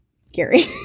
scary